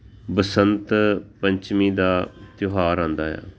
ਬਸੰਤ ਪੰਚਮੀ ਦਾ ਤਿਉਹਾਰ ਆਉਂਦਾ ਆ